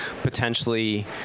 potentially